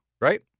right